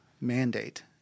mandate